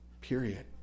period